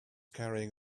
carrying